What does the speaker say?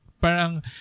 parang